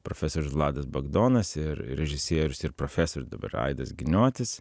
profesorius vladas bagdonas ir režisierius ir profesorius dabar aidas giniotis